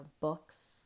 books